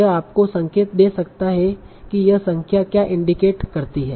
यह आपको संकेत दे सकता है कि यह संख्या क्या इंडीकेट करती है